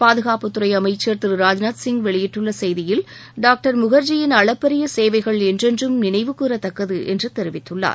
பாதுகாப்புத்துறை அமைச்சர் திரு ராஜ்நாத் சிங் வெளியிட்டுள்ள செய்தியில் டாக்டர் முகர்ஜியின் அளப்பறிய சேவைகள் என்றென்றும் நினைவுகூறத்தக்கது என்று தெரிவித்துள்ளார்